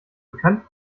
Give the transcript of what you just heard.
bekannt